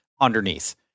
underneath